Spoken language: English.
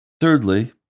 Thirdly